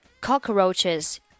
cockroaches